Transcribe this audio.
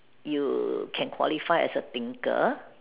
you can qualified as a thinker